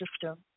system